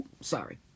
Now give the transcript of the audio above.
sorry